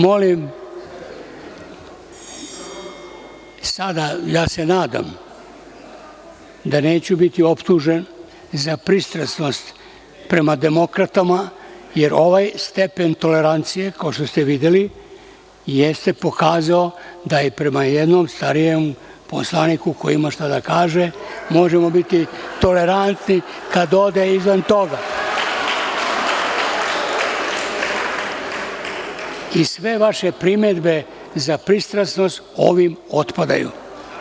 Sada ja se nadam da neću biti optužen za pristrasnost prema demokratama, jer ovaj stepen tolerancije, kao što ste videli, jeste pokazao da i prema jednom starijem poslaniku, koji ima šta da kaže, možemo biti tolerantni kada ode izvan toga i sve vaše primedbe za pristrasnost ovim otpadaju.